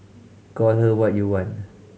call her what you want